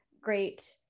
great